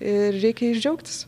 ir reikia jais džiaugtis